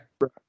right